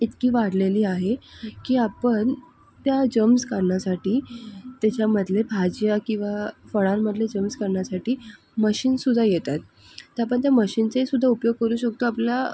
इतकी वाढलेली आहे की आपण त्या जम्स काढण्यासाठी त्याच्यामधले भाज्या किवा फळांमधले जम्स काढण्यासाठी मशीनसुध्दा येतात त्या पण त्या मशीनचे सुध्दा उपयोग करू शकतो आपल्या